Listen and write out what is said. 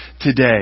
today